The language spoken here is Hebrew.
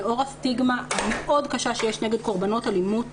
לאור הסטיגמה המאוד קשה שיש כנגד קורבנות אלימות